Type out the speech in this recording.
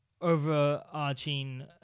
overarching